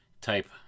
type